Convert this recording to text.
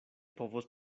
povos